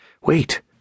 Wait